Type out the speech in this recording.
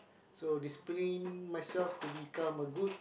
so discipline myself to become a good